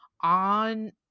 On